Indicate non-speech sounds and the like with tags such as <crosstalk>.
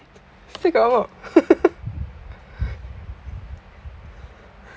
still got one more <laughs>